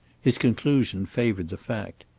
his conclusion favoured the fact.